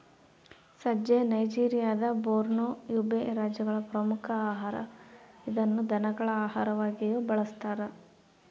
ಸಜ್ಜೆ ನೈಜೆರಿಯಾದ Borno, Yobe ರಾಜ್ಯಗಳ ಪ್ರಮುಖ ಆಹಾರ ಇದನ್ನು ದನಗಳ ಆಹಾರವಾಗಿಯೂ ಬಳಸ್ತಾರ